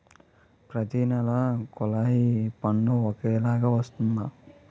ప్రతి నెల కొల్లాయి పన్ను ఒకలాగే వస్తుందా?